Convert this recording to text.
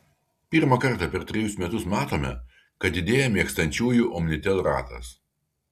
pirmą kartą per trejus metus matome kad didėja mėgstančiųjų omnitel ratas